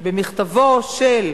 במכתבו של,